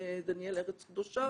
דניאל ארץ קדושה,